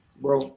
bro